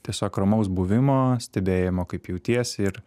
tiesiog ramaus buvimo stebėjimo kaip jautiesi ir